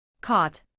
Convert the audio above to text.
Caught